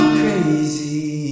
crazy